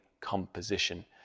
composition